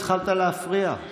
התחלת להפריע.